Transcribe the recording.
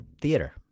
theater